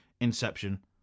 Inception